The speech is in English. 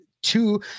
two